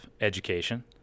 education